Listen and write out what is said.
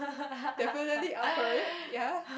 definitely up for it yea